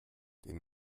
den